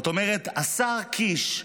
זאת אומרת, השר קיש,